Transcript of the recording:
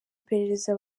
iperereza